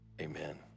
amen